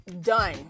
done